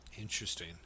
Interesting